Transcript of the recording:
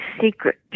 secret